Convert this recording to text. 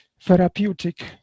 therapeutic